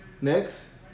Next